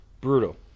Brutal